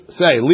say